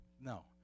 no